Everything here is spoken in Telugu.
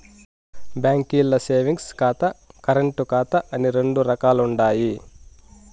బాంకీల్ల సేవింగ్స్ ఖాతా, కరెంటు ఖాతా అని రెండు రకాలుండాయి